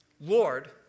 Lord